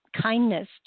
kindness